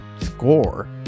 score